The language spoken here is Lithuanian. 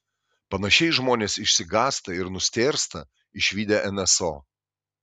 panašiai žmonės išsigąsta ir nustėrsta išvydę nso